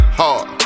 hard